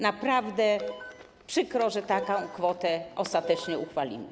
Naprawdę przykro, że taką kwotę ostatecznie uchwalimy.